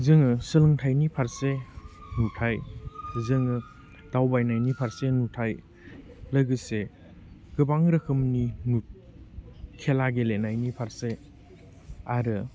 जोङो सोलोंथाइनि फारसे नुथाइ जोङो दावबायनायनि फारसे नुथाइ लोगोसे गोबां रोखोमनि खेला गेलेनायनि फारसे आरो